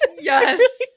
Yes